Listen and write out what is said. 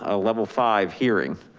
ah level five hearing.